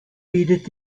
bietet